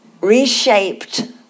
reshaped